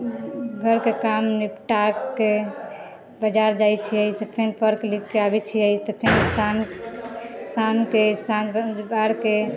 घरके काम निपटाके बाजार जाइ छिऐ फेर पढ़ लिखके आबै छियै तऽ फेर शामके साँझ बाड़के